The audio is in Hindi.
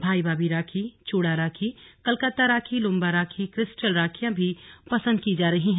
भाई भाभी राखी चूड़ा राखी कलकत्ता राखी लुम्बा राखी और क्रिस्टल राखियां भी पसंद की जा रही हैं